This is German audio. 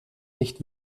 nicht